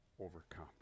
overcome